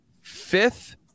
fifth